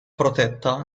protetta